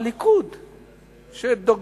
איפה הליכוד שדוגל,